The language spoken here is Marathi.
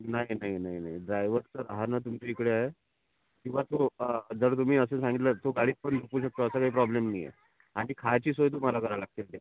नाही नाही नाही नाही ड्रायवरचं राहणं तुमच्या इकडे आहे किंवा तो जर तुम्ही असे सांगितलंत तो गाडी लावून झोपू शकतो असा काही प्रॉब्लेम नाही आहे आणि ते खायची सोय तुम्हाला करायला लागते त्याची